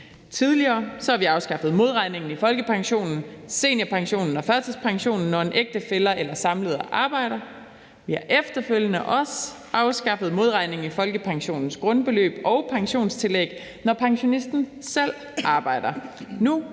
Tidligere har vi afskaffet modregningen i folkepensionen, seniorpensionen og førtidspensionen, når en ægtefælle eller samlever arbejder. Vi har efterfølgende også afskaffet modregningen i folkepensionens grundbeløb og pensionstillæg, når pensionisten selv arbejder.